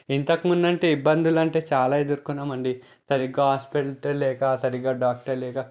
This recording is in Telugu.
ఇంతకుముందు అంటే ఇబ్బందులు అంటే చాలా ఎదుర్కొన్నాం అండి సరిగా హాస్పిటల్స్ లేక సరిగా డాక్టర్ లేక